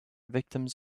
victims